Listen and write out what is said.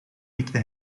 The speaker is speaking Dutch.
mikte